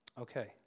Okay